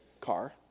car